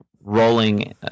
rolling